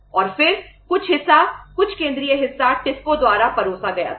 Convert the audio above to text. और फिर कुछ हिस्सा कुछ केंद्रीय हिस्सा टिस्को द्वारा परोसा गया था